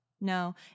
No